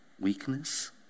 weakness